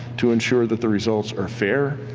to ensure that the results are fair.